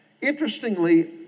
interestingly